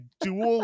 dual